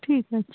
ঠিক আছে